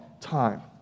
time